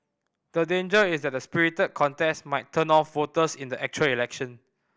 the danger is that the spirited contest might turn off voters in the actual election